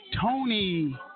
Tony